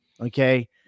Okay